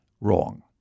Wrong